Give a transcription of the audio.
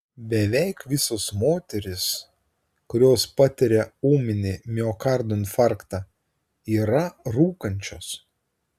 beveik visos moterys kurios patiria ūminį miokardo infarktą yra rūkančios